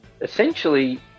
essentially